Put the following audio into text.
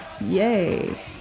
yay